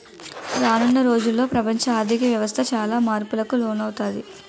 రానున్న రోజుల్లో ప్రపంచ ఆర్ధిక వ్యవస్థ చాలా మార్పులకు లోనవుతాది